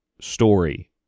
story